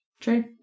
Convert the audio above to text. True